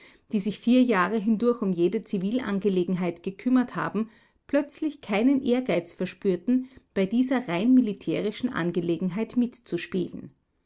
die sich vier jahre hindurch um jede zivilangelegenheit gekümmert haben plötzlich keinen ehrgeiz verspürten bei dieser rein militärischen angelegenheit mitzuspielen